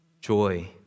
joy